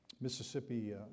Mississippi